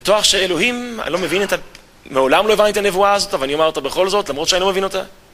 בטוח שאלוהים, אני לא מבין את ה... מעולם לא הבנתי את הנבואה הזאת, אבל אני אומר אותה בכל זאת, למרות שאני לא מבין אותה